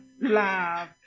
Love